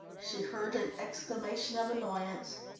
she heard an exclamation of annoyance.